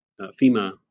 fema